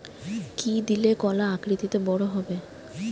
কি দিলে কলা আকৃতিতে বড় হবে?